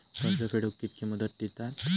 कर्ज फेडूक कित्की मुदत दितात?